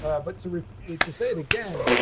ah but to to say it again,